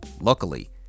Luckily